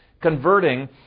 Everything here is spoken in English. converting